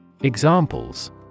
Examples